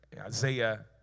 Isaiah